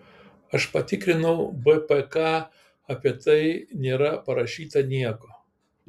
aš patikrinau bpk apie tai nėra parašyta nieko